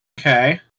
Okay